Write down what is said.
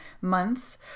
months